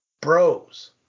bros